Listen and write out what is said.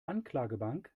anklagebank